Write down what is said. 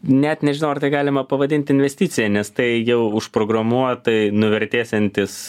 net nežinau ar tai galima pavadint investicija nes tai jau užprogramuotai nuvertėsiantis